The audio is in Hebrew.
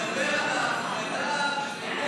תדבר על ההפגנה של